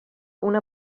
una